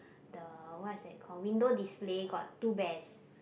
the what is that called window display got two bears